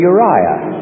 Uriah